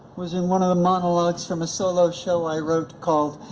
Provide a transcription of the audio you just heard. was in one of the monologues from a solo show i wrote called,